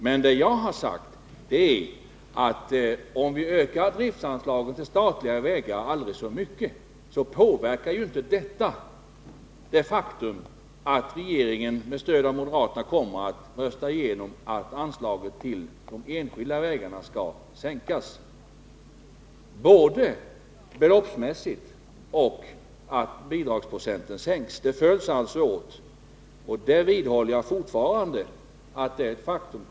Vad jag har sagt är, att om vi ökar driftsanslagen till statliga vägar aldrig så mycket, påverkar det inte det faktum att regeringen med stöd av moderaterna kommer att rösta igenom att anslagen till de enskilda vägarna skall sänkas, både beloppsmässigt och genom att bidragsprocenten sänks — de följs alltså åt. Jag vidhåller detta.